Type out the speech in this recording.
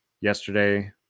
yesterday